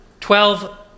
Twelve